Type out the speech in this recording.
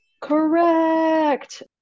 correct